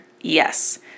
Yes